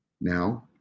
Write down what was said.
Now